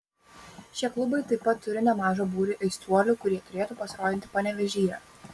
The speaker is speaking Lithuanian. šie klubai taip pat turi nemažą būrį aistruolių kurie turėtų pasirodyti panevėžyje